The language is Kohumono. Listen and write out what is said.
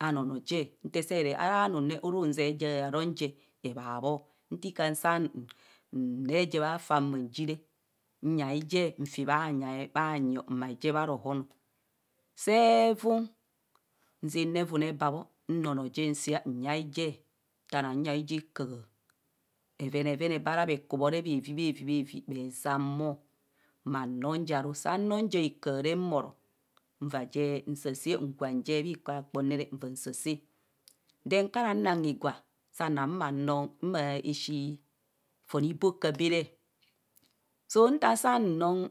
Anono he nte see re ara nam re uru zee ja roong je ebhabhoo ntika nsang ree je bha fa mang ji re nyai je mfi bhanyi mbae je bharohono see vuun nzạạ noo evun ebaa bho nnoonoo je nsạa nyai je nta nang nyai je ekaha bhevenevene baa ara brkubho bhe zaan bho ma je saa roong je hakaha re mbhoro nva je nsa sao ngwang je bhi ikpakpong re nva nsa sao then kana nang higwa saa na ma roong ma shii fon iboke baree soo nta saa roo